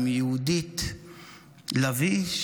עם יהודית לביא,